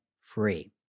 free